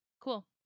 cool